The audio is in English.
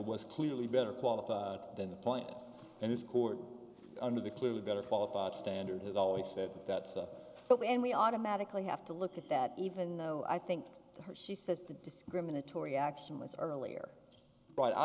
was clearly better qualified than the point and this court under the clearly better qualified standard has always said that and we automatically have to look at that even though i think her she says the discriminatory action was earlier but i